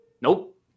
Nope